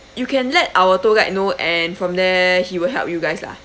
you can let our tour guide know and from there he will help you guys lah